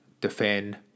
defend